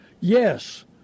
Yes